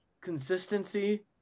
consistency